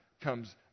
comes